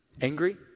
angry